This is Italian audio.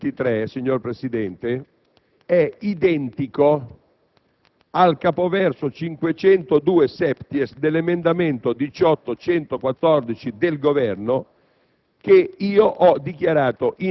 Il comma 923, signor Presidente, è identico al capoverso 502-*septies* dell'emendamento 18.144 del Governo,